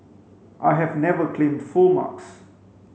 I have never claimed full marks